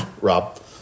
Rob